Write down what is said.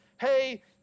hey